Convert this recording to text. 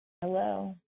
Hello